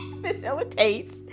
facilitates